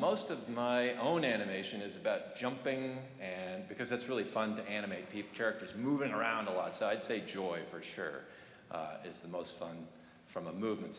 most of my own animation is about jumping and because it's really fun to animate people characters moving around a lot so i'd say joy for sure is the most fun from a movement